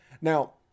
Now